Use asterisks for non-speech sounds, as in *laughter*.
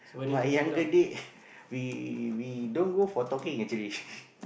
my younger days we we don't go for talking actually *laughs*